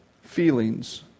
feelings